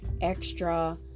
extra